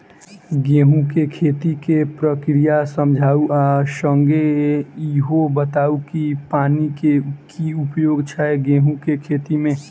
गेंहूँ केँ खेती केँ प्रक्रिया समझाउ आ संगे ईहो बताउ की पानि केँ की उपयोग छै गेंहूँ केँ खेती में?